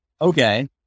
Okay